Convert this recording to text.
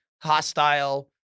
hostile